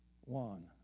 one